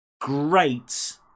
great